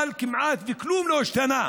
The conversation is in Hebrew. כמעט כלום לא השתנה.